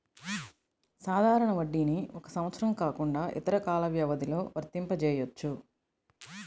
సాధారణ వడ్డీని ఒక సంవత్సరం కాకుండా ఇతర కాల వ్యవధిలో వర్తింపజెయ్యొచ్చు